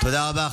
תודה רבה.